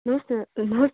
नमस्ते नमस्ते